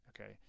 okay